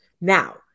Now